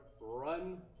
run